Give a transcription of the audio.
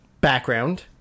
background